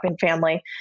family